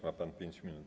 Ma pan 5 minut.